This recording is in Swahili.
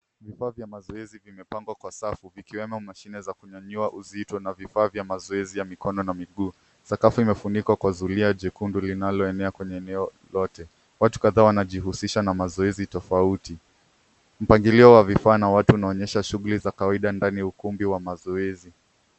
Vifaa vya mazoezi vimepangwa kwa safu vikiwemo mashine za kunyanyua uzito na vifaa vya mazoezi ya mikono na miguu. Sakafu imefunikwa kwa zulia jekundu linaloenea kwenye eneo lote. Watu kadhaa wanajihusisha na mazoezi tofauti. Mpangilio wa vifaa na watu unaonyesha shughuli za kawaida ndani ya ukumbi wa mazoezi.